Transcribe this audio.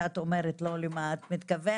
כשאת, כאישה, אומרת 'לא' למה את מתכוונת